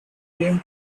came